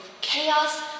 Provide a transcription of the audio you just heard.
chaos